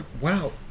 Wow